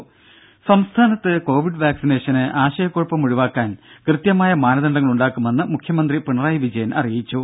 ദ്ദേ സംസ്ഥാനത്ത് കോവിഡ് വാക്സിനേഷന് ആശയക്കുഴപ്പം ഒഴിവാക്കാൻ കൃത്യമായ മാനദണ്ഡങ്ങൾ ഉണ്ടാക്കുമെന്ന് മുഖ്യമന്ത്രി പിണറായി വിജയൻ അറിയിച്ചു